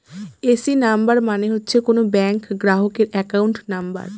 AC number মানে হচ্ছে কোনো ব্যাঙ্ক গ্রাহকের একাউন্ট নাম্বার